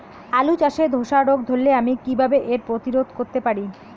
আলু চাষে ধসা রোগ ধরলে আমি কীভাবে এর প্রতিরোধ করতে পারি?